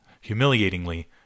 Humiliatingly